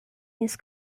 his